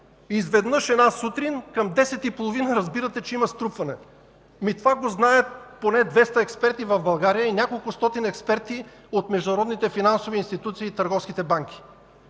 изведнъж една сутрин към 10,30 ч. разбирате, че има струпване. Това го знаят поне 200 експерти в България и няколко стотин експерти от международните финансови институции и търговските банки.